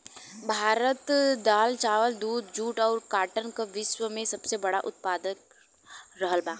भारत दाल चावल दूध जूट और काटन का विश्व में सबसे बड़ा उतपादक रहल बा